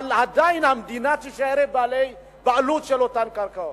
אבל עדיין אותן קרקעות יישארו בבעלות המדינה.